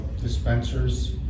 dispensers